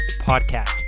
Podcast